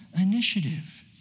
initiative